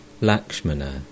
Lakshmana